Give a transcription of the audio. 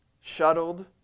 shuttled